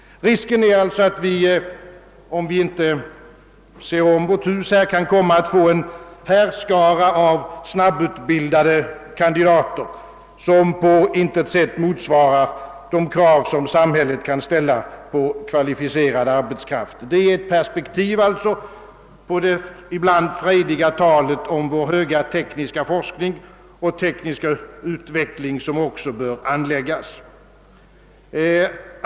Risken är alltså, att vi, om vi inte ser om vårt hus, kan komma att få en härskara av snabbutbildade kandidater, som på intet sätt motsvarar de krav som samhället kan ställa på kvalificerad arbetskraft. Det är ett perspektiv på det ibland frejdiga talet om vår högtstående tekniska forskning och vår tekniska utveckling som också bör anläggas.